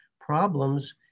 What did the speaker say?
problems